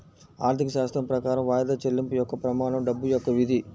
ఆర్థికశాస్త్రం ప్రకారం వాయిదా చెల్లింపు యొక్క ప్రమాణం డబ్బు యొక్క విధి